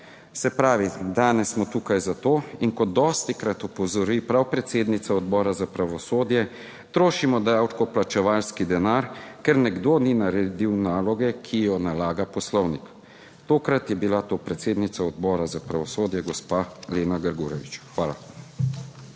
Se pravi, danes smo tukaj zato in kot dostikrat opozori prav predsednica Odbora za pravosodje, trošimo davkoplačevalski denar, ker nekdo ni naredil naloge, ki jo nalaga Poslovnik. Tokrat je bila to predsednica Odbora za pravosodje, gospa Elena Grgurevič. Hvala.